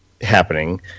happening